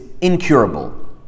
incurable